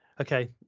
okay